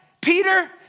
Peter